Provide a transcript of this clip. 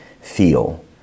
feel